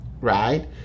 right